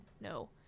no